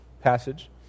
passage